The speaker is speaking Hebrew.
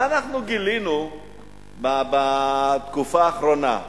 מה אנחנו גילינו בתקופה האחרונה?